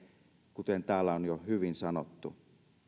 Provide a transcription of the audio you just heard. kuten täällä on jo hyvin sanottu